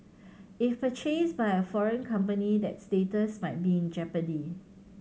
if purchased by a foreign company that status might be in jeopardy